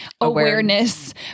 awareness